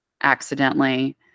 accidentally